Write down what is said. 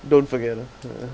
don't forget ah ya